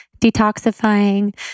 detoxifying